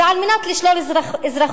ועל מנת לשלול אזרחות,